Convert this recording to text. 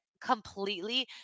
Completely